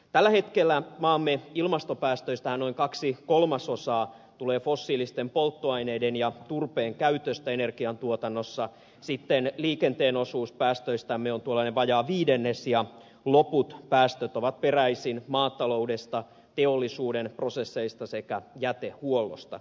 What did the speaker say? tällä hetkellähän maamme ilmastopäästöistä noin kaksi kolmasosaa tulee fossiilisten polttoaineiden ja turpeen käytöstä energiantuotannossa sitten liikenteen osuus päästöistämme on tuollainen vajaa viidennes ja loput päästöt ovat peräisin maataloudesta teollisuuden prosesseista sekä jätehuollosta